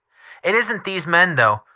it isn't these men, though,